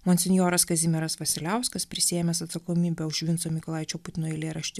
monsinjoras kazimieras vasiliauskas prisiėmęs atsakomybę už vinco mykolaičio putino eilėraštį